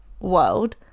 world